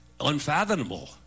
unfathomable